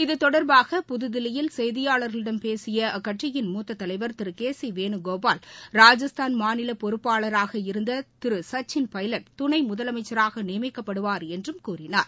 இத்தொடர்பாக புதுதில்லியில் செய்தியாளர்களிடம் பேசிய அக்கட்சியின் மூத்தத் தலைவர் திரு கே சி வேணுகோபால் ராஜஸ்தான் மாநில பொறுப்பாளராக இருந்த திரு சச்சின் பவட் துணை முதலமைச்சராக நியமிக்கப்படுவார் என்றும் கூறினார்